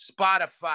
Spotify